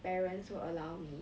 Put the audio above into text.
parents will allow me